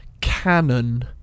canon